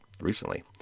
recently